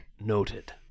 Noted